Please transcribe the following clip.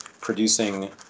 producing